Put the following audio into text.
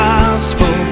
Gospel